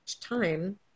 time